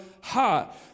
heart